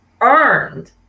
earned